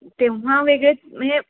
तेव्हा वेगळे म्हणजे